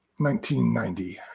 1990